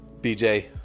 BJ